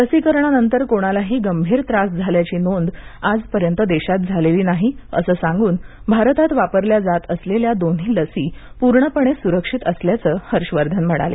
लसीकरणानंतर कोणालाही गंभीर त्रास झाल्याची नोंद आजपर्यंत देशात झालेली नाही असं सांगून भारतात वापरल्या जात असलेल्या दोन्ही लसी पूर्णपणे सुरक्षित असल्याचं हर्ष वर्धन म्हणाले